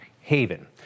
haven